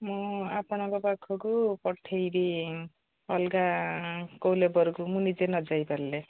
ମୁଁ ଆପଣଙ୍କ ପାଖକୁ ପଠେଇବି ଅଲଗା କୋଉ ଲେବରକୁ ମୁଁ ନିଜେ ନଯାଇ ପାରିଲେ